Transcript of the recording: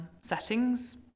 settings